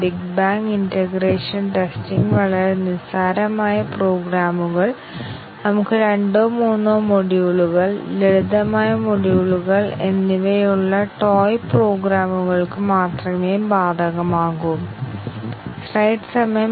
ഒരു മ്യൂട്ടേഷൻ ചെയ്ത പ്രോഗ്രാം നിർമ്മിച്ചുകൊണ്ട് ഞങ്ങൾ ഒരു പ്രോഗ്രാമിലേക്ക് ഫോൾട്ട് ഇൻസേർട്ട് ചെയ്യുന്നു